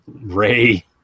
Ray